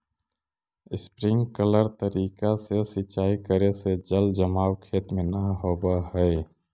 sprinkler तरीका से सिंचाई करे से जल जमाव खेत में न होवऽ हइ